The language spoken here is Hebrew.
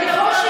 איפה,